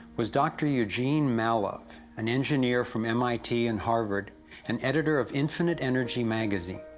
was dr. eugene mallove, an engineer from mit and harvard and editor of infinite energy magazine,